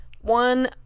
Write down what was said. one